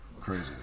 crazy